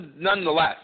Nonetheless